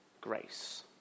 grace